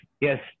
Yes